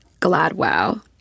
gladwell